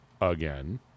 again